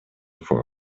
for